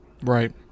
Right